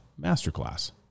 masterclass